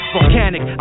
Volcanic